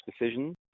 decisions